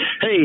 Hey